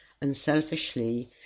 unselfishly